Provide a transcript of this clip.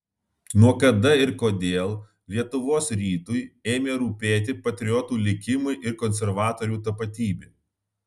nuo kada ir kodėl lietuvos rytui ėmė rūpėti patriotų likimai ir konservatorių tapatybė